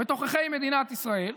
בתוככי מדינת ישראל,